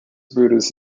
brutus